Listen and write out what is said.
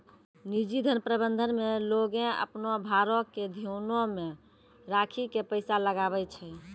निजी धन प्रबंधन मे लोगें अपनो भारो के ध्यानो मे राखि के पैसा लगाबै छै